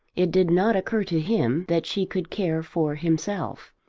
it did not occur to him that she could care for himself.